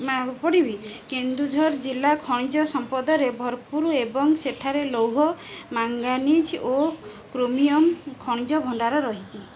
ନା ଆଉ ପଡ଼ିବି କେନ୍ଦୁଝର ଜିଲ୍ଲା ଖଣିଜ ସମ୍ପଦରେ ଭରପୂର ଏବଂ ସେଠାରେ ଲୌହ ମାଙ୍ଗାନିଜ ଓ କ୍ରୋମିୟମ ଖଣିଜ ଭଣ୍ଡାର ରହିଛି